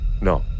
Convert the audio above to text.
No